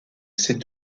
ces